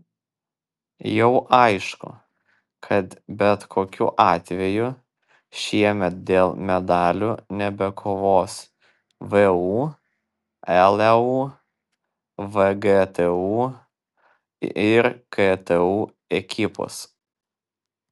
jau aišku kad bet kokiu atveju šiemet dėl medalių nebekovos vu leu vgtu ir ktu ekipos